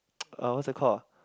uh what's that called ah